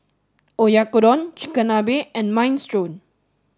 Oyakodon Chigenabe and Minestrone